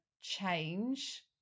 change